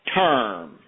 term